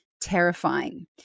terrifying